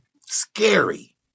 Scary